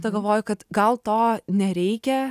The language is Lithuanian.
ta galvoju kad gal to nereikia